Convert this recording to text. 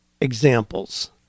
examples